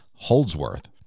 Holdsworth